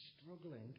struggling